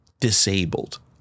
disabled